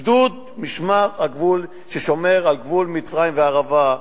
גדוד משמר הגבול ששומר על גבול מצרים והערבה,